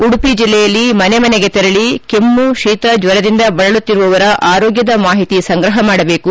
ಉಡುಪಿ ಜಿಲ್ಲೆಯಲ್ಲಿ ಮನೆ ಮನೆಗೆ ತೆರಳಿ ಕೆಮ್ಮು ಶೀತ ಜ್ವರದಿಂದ ಬಳಲುತ್ತಿರುವವರ ಆರೋಗ್ಭದ ಮಾಹಿತಿ ಸಂಗ್ರಹ ಮಾಡಬೇಕು